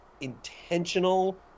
intentional